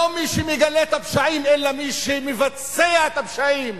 לא מי שמגלה את הפשעים, אלא מי שמבצע את הפשעים,